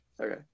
Okay